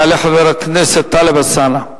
יעלה חבר הכנסת טלב אלסאנע,